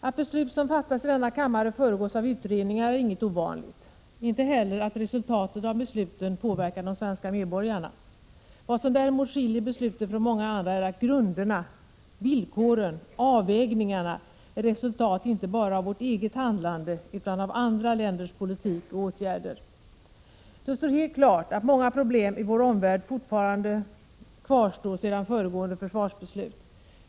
Att beslut som fattas i denna kammare föregås av utredningar är inget ovanligt, inte heller att resultaten av besluten påverkar de svenska medborgarna. Vad som däremot skiljer beslutet från många andra är att grunderna, villkoren, avvägningarna är resultat inte bara av vårt eget handlande utan av andra länders politik och åtgärder. Det står helt klart att många problem i vår omvärld fortfarande kvarstår sedan föregående försvarsbeslut.